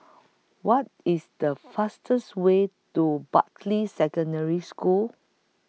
What IS The fastest Way to Bartley Secondary School